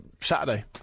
Saturday